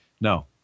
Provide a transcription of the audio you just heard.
no